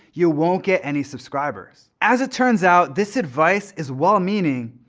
you won't get any subscribers. as it turns out, this advice is well meaning,